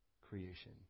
creation